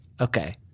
Okay